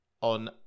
on